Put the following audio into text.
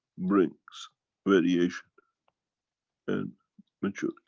brings variation and maturity.